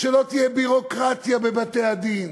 שלא תהיה ביורוקרטיה בבתי-הדין,